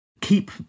keep